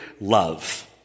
love